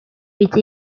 which